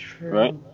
right